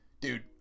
Dude